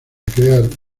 crear